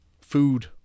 food